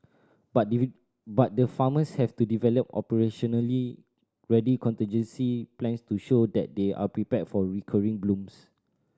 but the but the farmers have to develop operationally ready contingency plans to show that they are prepared for recurring blooms